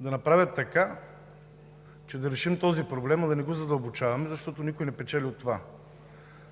да направят така, че да решим този проблем, а да не го задълбочаваме, защото никой не печели от това.